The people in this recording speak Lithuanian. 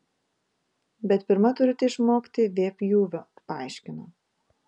bet pirma turite išmokti v pjūvio paaiškino